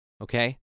okay